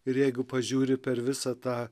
ir jeigu pažiūri per visą tą